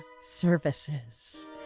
services